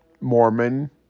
Mormon